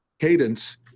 cadence